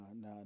no